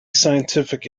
scientific